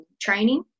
training